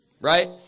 right